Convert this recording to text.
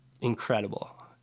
incredible